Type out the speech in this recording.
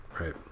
Right